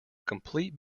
complete